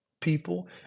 people